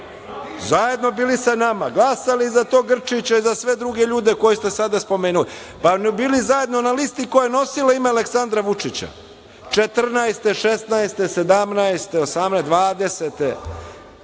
Zajedno bili sa nama, glasali za tog Grčića i za sve druge ljude koje ste sada spomenuli. Pa, zajedno bili na listi koja je nosila ime Aleksandra Vučića, 2014, 2016, 2017, 2018, 202.